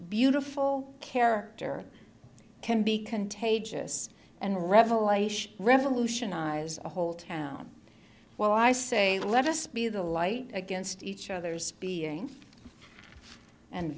beautiful character can be contagious and revelation revolutionize a whole town well i say let us be the light against each other's